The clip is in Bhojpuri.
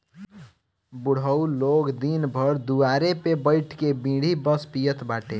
बुढ़ऊ लोग दिन भर दुआरे पे बइठ के बीड़ी बस पियत बाटे